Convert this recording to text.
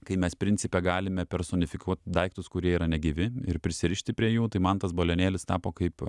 kai mes principe galime personifikuot daiktus kurie yra negyvi ir prisirišti prie jų tai man tas balionėlis tapo kaip